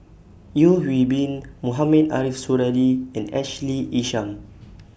Yeo Hwee Bin Mohamed Ariff Suradi and Ashley Isham